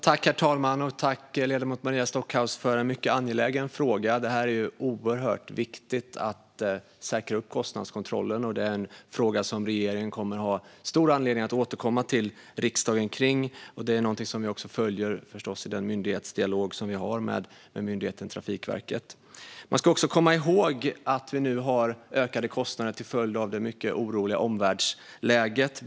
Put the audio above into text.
Herr talman! Jag tackar ledamoten Maria Stockhaus för en mycket angelägen fråga. Det är oerhört viktigt att säkra upp kostnadskontrollen, och det är en fråga som regeringen kommer att ha stor anledning att återkomma till riksdagen i. Vi följer förstås även detta i den myndighetsdialog vi har med Trafikverket. Låt oss komma ihåg att vi har ökade kostnader till följd av det mycket oroliga omvärldsläget.